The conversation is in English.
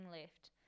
left